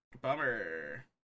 Bummer